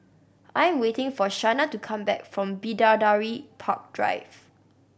I'm waiting for Shana to come back from Bidadari Park Drive